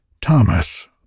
Thomas